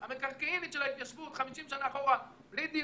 המקרקעינית של ההתיישבות 50 שנה אחורה בלי דיון,